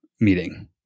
meeting